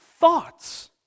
thoughts